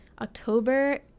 October